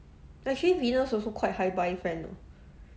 actually venus also quite hi bye friend